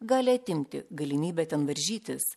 gali atimti galimybę ten varžytis